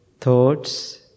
thoughts